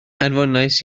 anfonais